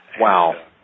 Wow